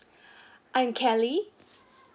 I'm kelly